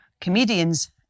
comedians